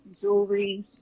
jewelry